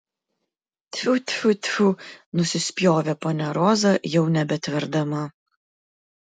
tfiu tfiu tfiu nusispjovė ponia roza jau nebetverdama